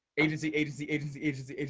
agency, agency, agency, agency,